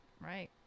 Right